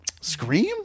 Scream